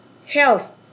Health